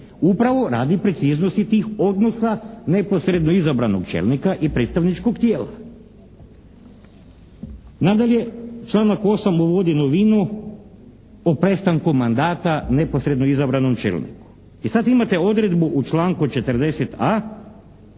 Upravo radi preciznosti tih odnosa neposredno izabranog čelnika i predstavničkog tijela. Nadalje, članak 8. uvodi novinu, o prestanku mandata neposredno izabranom čelniku. I sad imate odredbu u članku 40.a